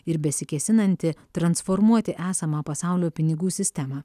ir besikėsinanti transformuoti esamą pasaulio pinigų sistemą